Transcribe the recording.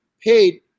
paid